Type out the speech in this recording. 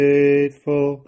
Faithful